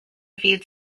feed